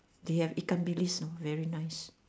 they have ikan-bilis you know very nice